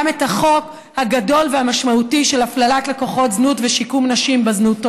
את החוק הגדול והמשמעותי של הפללת לקוחות זנות ושיקום נשים בזנות.